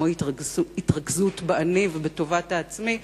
כמו התרכזות באני ובטובת העצמי,